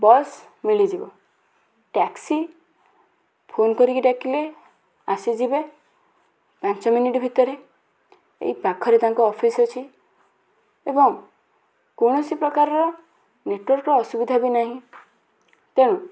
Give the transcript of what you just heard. bus ମିଳିଯିବ taxi phone କରିକି ଡାକିଲେ ଆସିଯିବେ ପାଞ୍ଚ ମିନିଟ୍ ଭିତରେ ଏଇ ପାଖରେ ତାଙ୍କର ଅଫିସ୍ ଅଛି ଏବଂ କୌଣସି ପ୍ରକାରର ନେଟୱାର୍କ୍ ର ଅସୁବିଧା ବି ନାହିଁ ତେଣୁ